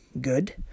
good